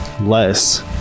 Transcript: less